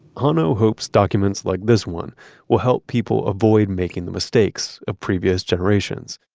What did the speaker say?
hanno hopes documents like this one will help people avoid making the mistakes of previous generations.